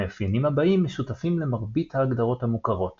המאפיינים הבאים משותפים למרבית ההגדרות המוכרות